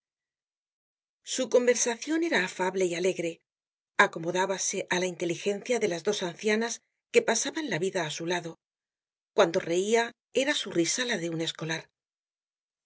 su conversacion era afable y alegre acomodábase á la inteligencia de las dos ancianas que pasaban la vida á su lado cuando reia era su risa la de un escolar